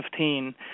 2015